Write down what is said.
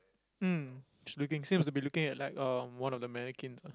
mm she looking seems to be looking at uh one of the mannequins ah